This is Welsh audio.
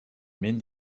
mynd